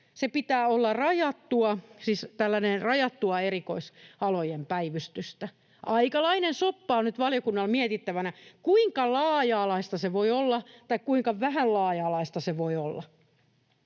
olla tällaista rajattua erikoisalojen päivystystä. Aikalainen soppa on nyt valiokunnalla mietittävänä: kuinka laaja-alaista se voi olla tai kuinka vähän laaja-alaista se voi olla?